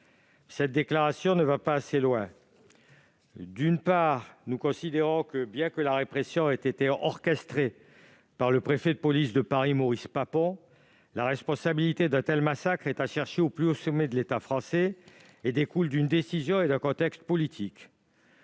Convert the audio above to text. Cette déclaration ne va cependant pas assez loin. Tout d'abord, nous considérons que, bien que la répression ait été orchestrée par le préfet de police de Paris, Maurice Papon, la responsabilité de tels massacres est à chercher au plus haut sommet de l'État français et qu'elle découle à la fois d'une décision et d'un contexte politique.